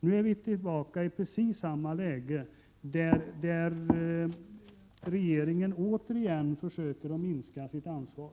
Nu är vi tillbaka i precis samma läge, där regeringen återigen försöker minska sitt ansvar.